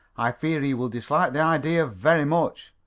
i fear he will dislike the idea very much.